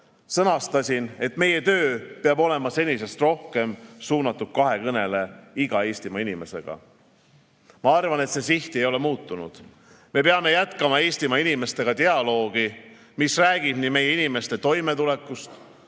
sõnastasin, et meie töö peab olema senisest rohkem suunatud kahekõnele iga Eestimaa inimesega. Ma arvan, et see siht ei ole muutunud. Me peame jätkama Eestimaa inimestega dialoogi, mis räägib nii meie inimeste toimetulekust,